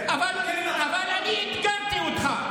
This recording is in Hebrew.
אבל אני אתגרתי אותך,